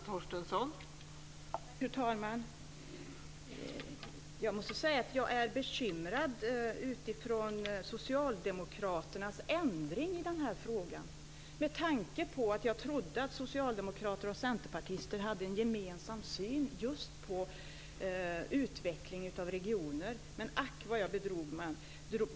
Fru talman! Jag måste säga att jag är bekymrad över socialdemokraternas ändring i denna fråga med tanke på att jag trodde att socialdemokrater och centerpartister hade en gemensam syn just på utveckling av regioner. Men ack vad jag bedrog mig.